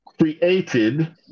created